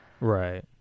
right